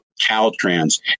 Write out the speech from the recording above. Caltrans